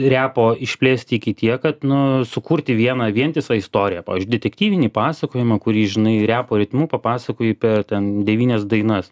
repo išplėsti iki tiek kad nu sukurti vieną vientisą istoriją pavyzdžiui detektyvinį pasakojimą kurį žinai repo ritmu papasakoji per ir ten devynias dainas